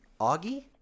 Augie